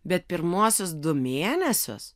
bet pirmuosius du mėnesius